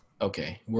Okay